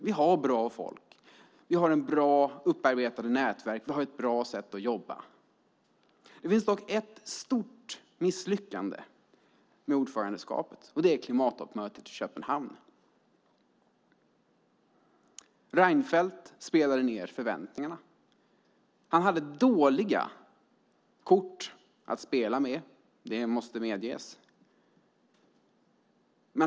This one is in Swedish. Vi har bra folk och vi har bra upparbetade nätverk. Vi har ett bra sätt att jobba. Det finns dock ett stort misslyckande med ordförandeskapet, nämligen klimattoppmötet i Köpenhamn. Reinfeldt spelade ned förväntningarna. Han hade dåliga kort att spela med; det måste medges.